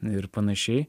ir panašiai